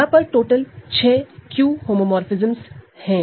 यहां पर टोटल छह Q होमोमोरफ़िज्मस है